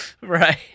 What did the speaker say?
Right